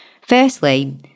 Firstly